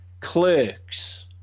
Clerks